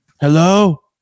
Hello